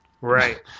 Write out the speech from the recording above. Right